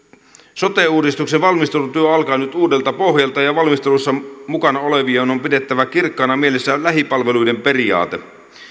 sote uudistuksen valmistelutyö alkaa nyt uudelta pohjalta ja valmistelussa mukana olevien on pidettävä kirkkaana mielessään lähipalveluiden periaate